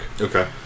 Okay